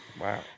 Wow